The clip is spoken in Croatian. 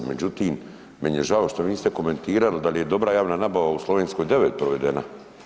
Međutim, meni je žao što niste komentirali da li je dobra javna nabava u Slovenskoj 9 provedena.